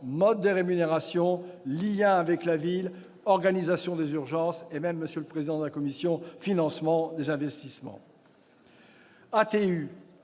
modes de rémunération, liens avec la ville, organisation des urgences et financement des investissements.